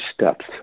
steps